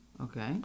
Okay